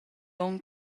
onn